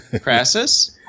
Crassus